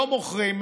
לא מוכרים,